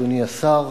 אדוני השר,